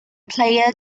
player